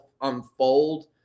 unfold